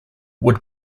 would